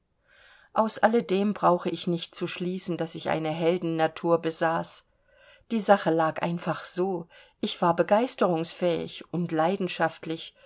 aus alledem brauche ich nicht zu schließen daß ich eine heldennatur besaß die sache lag einfach so ich war begeisterungsfähig und leidenschaftlich